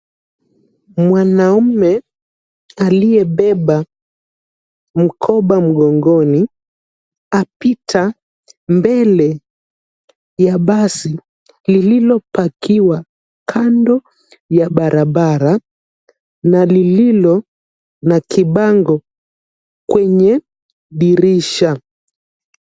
Mwanaume aliyebeba mkoba mgongoni apita mbele ya basi lililopakiwa kando ya barabara na lililo na kibango kwenye dirisha.